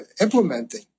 implementing